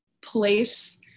place